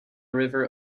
river